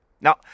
Now